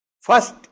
first